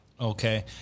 okay